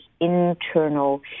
internal